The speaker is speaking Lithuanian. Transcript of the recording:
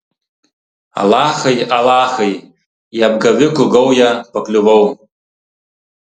alachai alachai į apgavikų gaują pakliuvau